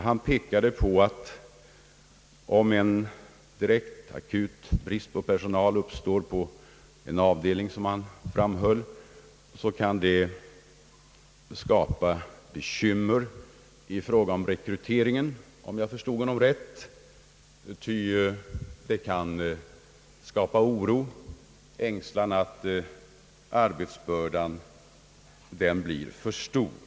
Han pekade på att om en direkt akut brist på personal uppstår på en avdelning kan det skapa bekymmer när det gäller rekryteringen, om jag förstod honom rätt, ty det kan skapa oro och ängslan för att arbetsbördan blir för stor.